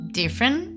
different